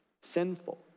sinful